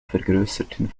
vergrößerten